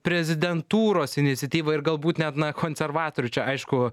prezidentūros iniciatyva ir galbūt net na konservatorių čia aišku